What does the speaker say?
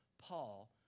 Paul